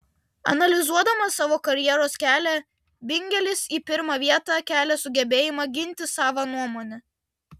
analizuodamas savo karjeros kelią bingelis į pirmą vietą kelia sugebėjimą ginti savą nuomonę